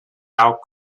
out